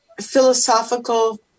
philosophical